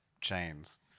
chains